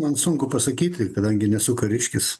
man sunku pasakyti kadangi nesu kariškis